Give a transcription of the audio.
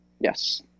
Yes